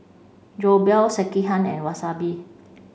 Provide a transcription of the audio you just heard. Jokbal Sekihan and Wasabi